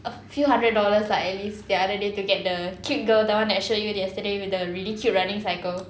a few hundred dollars lah at least the other day to get the cute girl the one that I showed you yesterday with the really cute running cycle